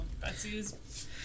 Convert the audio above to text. Betsy's